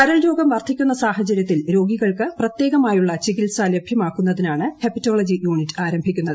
കരൾ രോഗം വർധിക്കുന്ന സാഹചര്യത്തിൽ രോഗികൾക്ക് പ്രത്യേകമായുള്ള ചികിത്സ ലഭ്യമാക്കുന്നതിനാണ് ഹെപ്പറ്റോളജി യൂണിറ്റ് ആരംഭിക്കുന്നത്